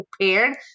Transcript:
prepared